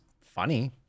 funny